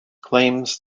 claims